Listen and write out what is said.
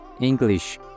English